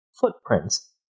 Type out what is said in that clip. footprints